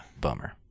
Bummer